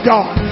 God